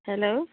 hello